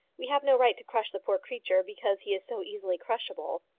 we have no right to crush the poor creature because he is so easily crushable.